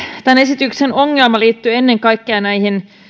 tämän esityksen ongelma liittyy ennen kaikkea näihin